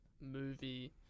movie